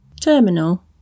Terminal